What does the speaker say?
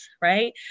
right